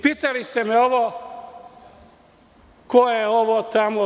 Pitali ste me – ko je ovo tamo?